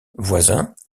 voisins